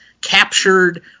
captured